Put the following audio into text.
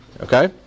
Okay